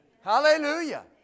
Hallelujah